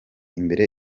imbere